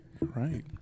Right